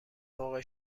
موقع